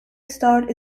starred